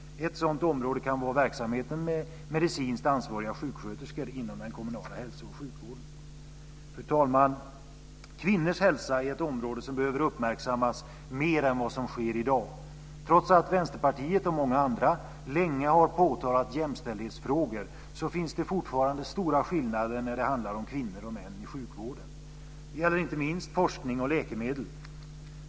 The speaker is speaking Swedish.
Ett sådant område kan vara verksamheten med medicinskt ansvariga sjuksköterskor inom den kommunala hälsooch sjukvården. Fru talman! Kvinnors hälsa är ett område som behöver uppmärksammas mer än vad som sker i dag. Trots att Vänsterpartiet och många andra länge har påtalat jämställdhetsfrågor finns det fortfarande stora skillnader när det handlar om kvinnor och män i sjukvården. Det gäller inte minst forskning och läkemedel.